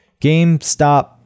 GameStop